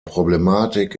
problematik